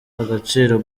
agaciro